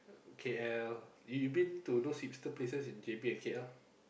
K_L you been to those hipster places in J_B and K_L